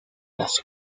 las